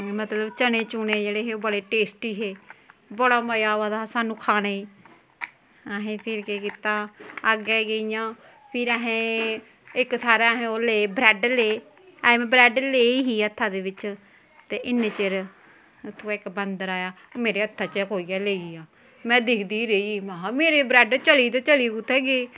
मतलब चने चुने जेह्ड़े हे ओह् बड़े टेस्टी हे बड़ा मजा आवा दा हा सानूं खाने गी असें फिर केह् कीता अग्गें गेइयां फिर असें इक थाह्रा दा असें ओह् ले ब्रैड्ड ले अजें में ब्रैड ले ही हत्था दे बिच्च ते इन्नै चिर उत्थूआं इक बंदर आया ओह् मेरे हत्थै चा गै खोहियै लेई गेआ में दिखदी रेही महां मेरे ब्रैड चली ते चली कु'त्थें गे